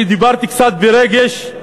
אני דיברתי קצת ברגש.